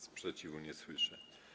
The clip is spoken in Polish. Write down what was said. Sprzeciwu nie słyszę.